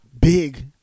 big